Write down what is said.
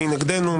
מי נגדנו,